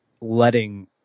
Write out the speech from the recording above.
letting